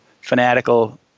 fanatical